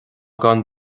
gan